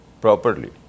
properly